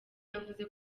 yavuze